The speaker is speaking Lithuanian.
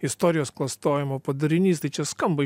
istorijos klastojimo padarinys tai čia skamba